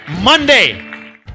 Monday